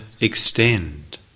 extend